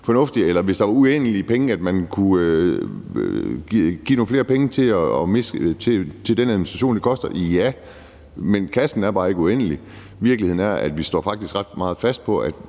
fornuftigt, eller at man, hvis der var uendeligt med penge, kunne give nogle flere penge til den administration, til det, det koster? Ja, men kassen er bare ikke uendelig. Virkeligheden er, at vi faktisk står ret meget fast på,